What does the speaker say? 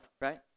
right